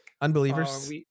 Unbelievers